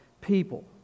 people